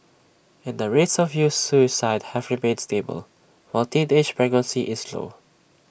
and the rates of youth suicide have remained stable while teenage pregnancy is low